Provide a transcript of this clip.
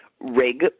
rig